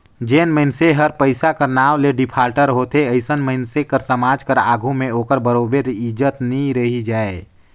जेन मइनसे हर पइसा कर नांव ले डिफाल्टर होथे अइसन मइनसे कर समाज कर आघु में ओकर बरोबेर इज्जत नी रहि जाए